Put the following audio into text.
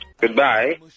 Goodbye